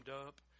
up